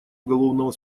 уголовного